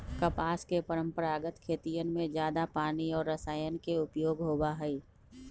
कपास के परंपरागत खेतियन में जादा पानी और रसायन के उपयोग होबा हई